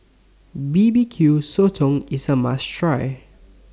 B B Q Sotong IS A must Try